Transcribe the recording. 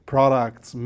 products